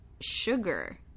sugar